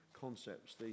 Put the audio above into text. concepts